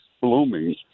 blooming